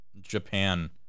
Japan